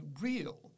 real